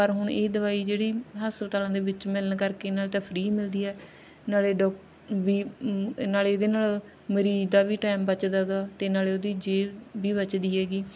ਪਰ ਹੁਣ ਇਹ ਦਵਾਈ ਜਿਹੜੀ ਹਸਪਤਾਲਾਂ ਦੇ ਵਿੱਚ ਮਿਲਣ ਕਰਕੇ ਨਾਲੇ ਤਾਂ ਫਰੀ ਮਿਲਦੀ ਹੈ ਨਾਲੇ ਡੋਕ ਵੀ ਨਾਲੇ ਇਹਦੇ ਨਾਲ ਮਰੀਜ਼ ਦਾ ਵੀ ਟਾਈਮ ਬਚਦਾ ਗਾ ਅਤੇ ਨਾਲੇ ਉਹਦੀ ਜੇਬ ਵੀ ਬਚਦੀ ਹੈਗੀ